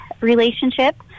relationship